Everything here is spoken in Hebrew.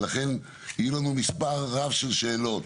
ולכן יהיו לנו מספר רב של שאלות: